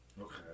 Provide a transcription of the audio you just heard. Okay